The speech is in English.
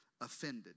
offended